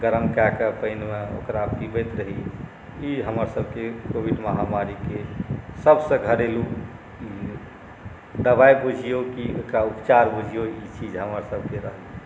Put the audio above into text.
गरम कए कऽ पानिमे ओकरा पिबैत रही ई हमरसभके कोविड महामारीके सभसँ घरेलू दबाइ बुझियौ कि एकरा उपचार बुझियौ ई चीज हमरसभके रहलै